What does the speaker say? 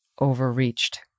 overreached